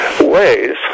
ways